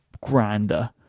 grander